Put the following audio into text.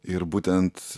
ir būtent